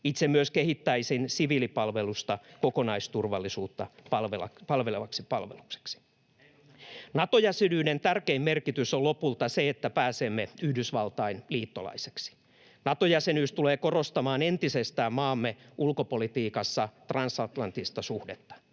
Itse myös kehittäisin siviilipalvelusta kokonaisturvallisuutta palvelevaksi palvelukseksi. [Sebastian Tynkkynen: Heinosen malli!] Nato-jäsenyyden tärkein merkitys on lopulta se, että pääsemme Yhdysvaltain liittolaiseksi. Nato-jäsenyys tulee korostamaan entisestään transatlanttista suhdetta